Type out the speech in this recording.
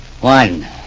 One